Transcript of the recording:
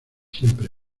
siempre